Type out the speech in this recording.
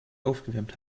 aufgewärmt